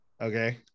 okay